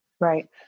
Right